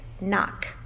knock